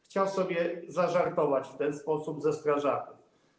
Chciał sobie zażartować w ten sposób ze strażaków.